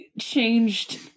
changed